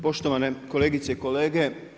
Poštovane kolegice i kolege.